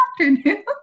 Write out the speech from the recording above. afternoon